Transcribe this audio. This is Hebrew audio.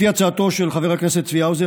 לפי הצעתו של חבר הכנסת צבי האוזר,